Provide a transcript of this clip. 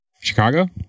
Chicago